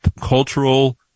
cultural